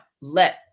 let –